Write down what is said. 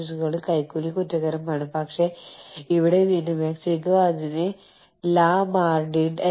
ഏറ്റവും കുറഞ്ഞ ശമ്പളം എന്താണ് എന്ന് അവർ നിങ്ങളോട് പറയുമോ ഇല്ലയോ മുതലായവ